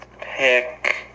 pick